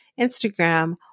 Instagram